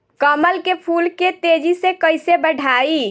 कमल के फूल के तेजी से कइसे बढ़ाई?